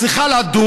היא צריכה לדון,